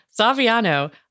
Saviano